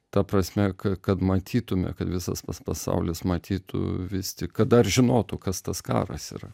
ta prasme ka kad matytume kad visas tas pasaulis matytų vis tik kad dar žinotų kas tas karas yra